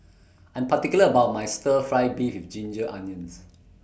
I'm particular about My Stir Fry Beef with Ginger Onions